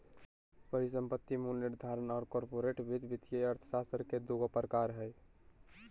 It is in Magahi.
परिसंपत्ति मूल्य निर्धारण और कॉर्पोरेट वित्त वित्तीय अर्थशास्त्र के दू गो प्रकार हइ